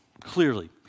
Clearly